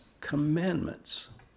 commandments